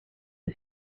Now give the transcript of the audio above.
was